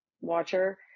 watcher